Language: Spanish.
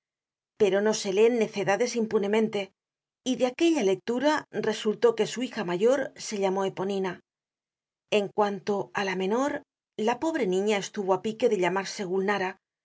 pero no se leen necedades impunemente y de aquella lectura resultó que su hija mayor se llamó eponina en cuanto á la menor la pobre niña estuvo á pique de llamarse